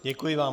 Děkuji vám.